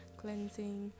cleansing